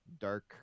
dark